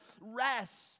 rest